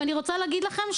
ואני רוצה להגיד לכם,